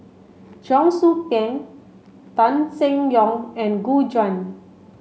Cheong Soo Pieng Tan Seng Yong and Gu Juan